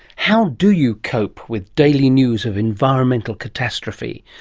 how do you cope with daily news of environmental catastrophe,